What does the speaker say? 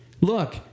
look